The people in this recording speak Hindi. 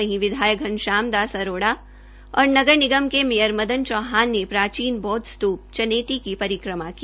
वहीं विधायक घनश्याम दास अरोड़ और नगर निगम के मेंयर मदन चौहान ने प्राचीन बौद्व स्तूप चनेटी की परिक्रमा की